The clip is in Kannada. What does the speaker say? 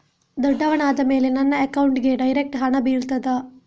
ದೊಡ್ಡವನಾದ ಮೇಲೆ ನನ್ನ ಅಕೌಂಟ್ಗೆ ಡೈರೆಕ್ಟ್ ಹಣ ಬೀಳ್ತದಾ?